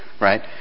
right